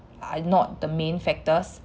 are not the main factors